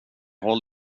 håll